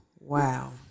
wow